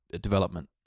Development